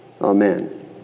Amen